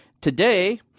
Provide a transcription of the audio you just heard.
Today